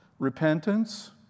Repentance